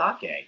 sake